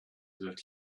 that